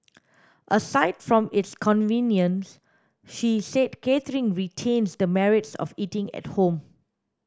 aside from its convenience she said catering retains the merits of eating at home